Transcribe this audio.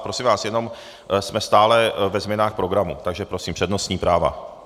Prosím vás, jenom jsme stále ve změnách programu, takže prosím, přednostní práva.